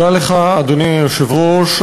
אדוני היושב-ראש,